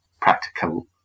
practical